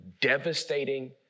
devastating